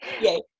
Yay